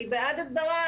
אני בעד הסדרה,